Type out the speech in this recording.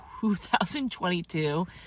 2022